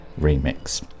remix